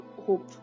hope